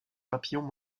papillon